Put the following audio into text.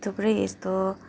थुप्रै यस्तो